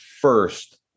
first